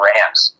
Rams